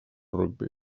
rugbi